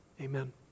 Amen